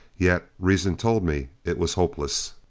yet reason told me it was hopeless.